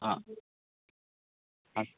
हा अस्तु